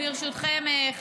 ברשותכם,